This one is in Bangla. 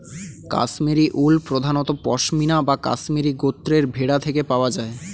কাশ্মীরি উল প্রধানত পশমিনা বা কাশ্মীরি গোত্রের ভেড়া থেকে পাওয়া যায়